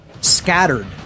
scattered